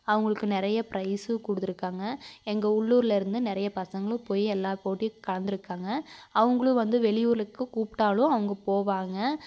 அவர்களுக்கு நிறைய ப்ரைஸு கொடுத்துருக்காங்க எங்கள் உள்ளூரிலேருந்து நிறைய பசங்களும் போய் எல்லாம் போட்டியும் கலந்திருக்காங்க அவங்களும் வந்து வெளியூருக்கு கூப்பிட்டாலும் அவங்க போவாங்க